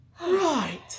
right